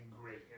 great